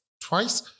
twice